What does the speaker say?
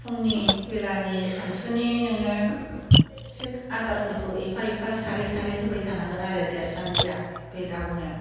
फुंनि बेलानि सानसुनि नोङो थिग आदारफोरखौ एफा एफा सारै सारै होबाय थानांगोन आरो देरसानदिया बे दाउनो